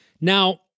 Now